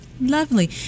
Lovely